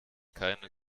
keine